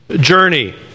journey